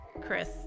Chris